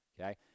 okay